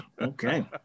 Okay